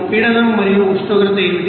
పీడనం మరియు ఉష్ణోగ్రత ఏమిటి